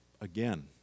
again